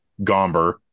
Gomber